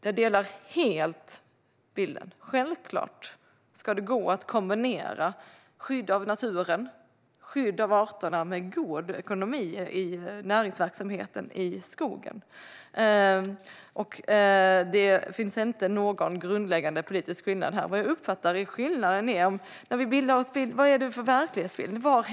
Jag delar helt bilden: Självklart ska det gå att kombinera skydd av naturen och arterna med en god ekonomi i näringsverksamheten i skogen. Det finns inte någon grundläggande politisk skillnad här. Som jag uppfattar det är skillnaden var vi hämtar vår verklighetsbild.